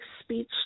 speech